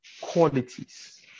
qualities